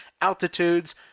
altitudes